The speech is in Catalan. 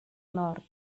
nord